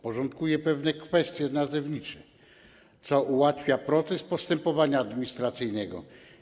Porządkuje on pewne kwestie nazewnicze, co ułatwia proces postępowania administracyjnego.